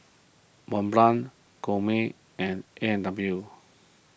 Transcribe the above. Mont Blanc Chomel and A and W